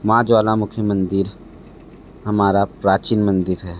माँ ज्वालामुखी मंदिर हमारा प्राचीन मंदिर है